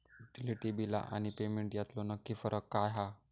Utility बिला आणि payment यातलो नक्की फरक काय हा?